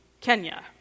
Kenya